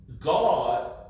God